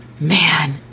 man